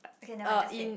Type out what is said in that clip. okay never mind just say